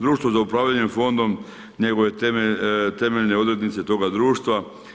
Društvo za upravljanje Fondom njeguje temeljne odrednice toga društva.